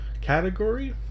category